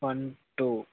one two